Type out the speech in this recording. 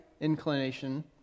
inclination